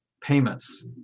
payments